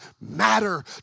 matter